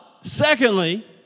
Secondly